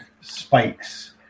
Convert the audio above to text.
spikes